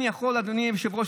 אדוני היושב-ראש,